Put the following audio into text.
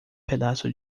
pedaço